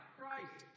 Christ